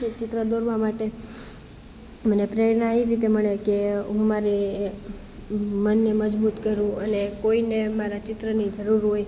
ચિત્ર દોરવા માટે મને પ્રેરણા એ રીતે મળે કે હું મારી મનને મજબૂત કરું અને કોઈને મારા ચિત્રની જરૂર હોય